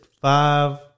five